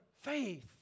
faith